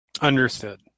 Understood